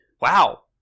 wow